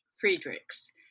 Friedrichs